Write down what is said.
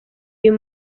uyu